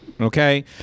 okay